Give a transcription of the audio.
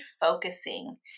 focusing